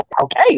okay